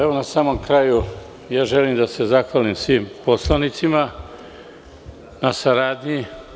Evo, na samom kraju, želim da se zahvalim svim poslanicima na saradnji.